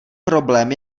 problém